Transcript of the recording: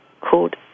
called